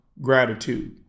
gratitude